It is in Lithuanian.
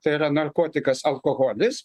tai yra narkotikas alkoholis